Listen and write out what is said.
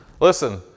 Listen